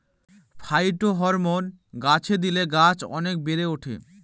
phytohormone গাছে দিলে গাছ অনেক বেড়ে ওঠে